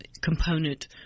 component